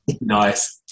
Nice